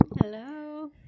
Hello